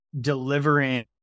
delivering